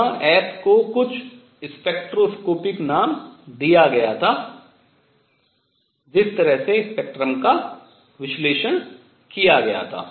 जहाँ S को कुछ स्पेक्ट्रोस्कोपिक नाम दिया गया था जिस तरह से स्पेक्ट्रम का विश्लेषण किया गया था